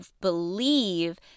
believe